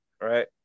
right